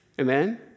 Amen